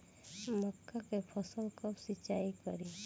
मका के फ़सल कब सिंचाई करी?